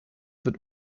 wird